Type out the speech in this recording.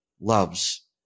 loves